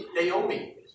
Naomi